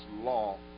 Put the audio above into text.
law